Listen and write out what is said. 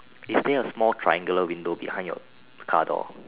is there a small triangular window behind your car door